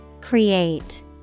Create